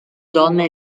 donne